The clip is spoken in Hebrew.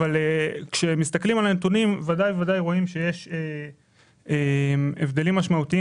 אבל כשמסתכלים על הנתונים בוודאי רואים שיש הבדלים משמעותיים